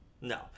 No